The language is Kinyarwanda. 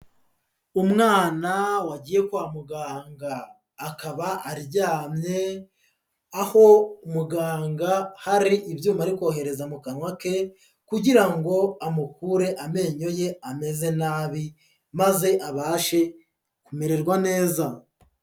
Umwana wagiye kwa muganga, akaba aryamye, aho muganga hari ibyuma ari kohereza mu kanwa ke kugira ngo amukure amenyo ye ameze nabi maze abashe kumererwa neza.